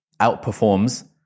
outperforms